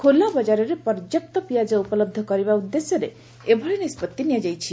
ଖୋଲା ବକାରରେ ପର୍ଯ୍ୟାପ୍ତ ପିଆଜ ଉପଲହ କରିବା ଉଦ୍ଦେଶ୍ୟରେ ଏଭଳି ନିଷ୍ବତ୍ତି ନିଆଯାଇଛି